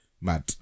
Mad